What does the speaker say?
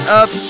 up